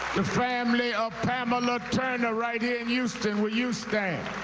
the family of pamela turner right here in houston, will you stand.